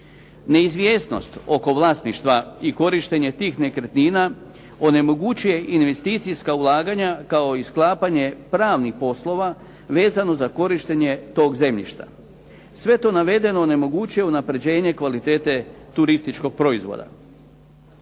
Neizvjesnost oko vlasništva i korištenje tih nekretnina, onemogućuje investicijska ulaganja kao i sklapanje pravnih poslova, vezano za korištenje toga zemljišta. Sve to navedeno onemogućuje unapređenje kvalitete turističkog proizvoda.